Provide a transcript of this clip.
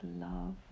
love